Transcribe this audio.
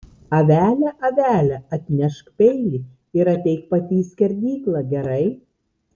avele avele atnešk peilį ir ateik pati į skerdyklą gerai